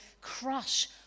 crush